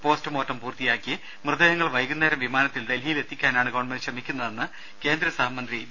postmortem പൂർത്തിയാക്കി മൃതദേഹങ്ങൾ വൈകുന്നേരം വിമാനത്തിൽ ഡൽഹിയിലെത്തിക്കാനാണ് ഗവൺമെന്റ് ശ്രമിക്കുന്നതെന്ന് കേന്ദ്രസഹമന്ത്രി വി